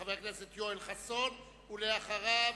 חבר הכנסת יואל חסון, ואחריו,